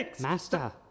Master